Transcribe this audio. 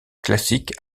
classiques